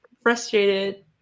frustrated